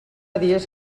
dies